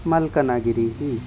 मल्कनगिरिः